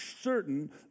certain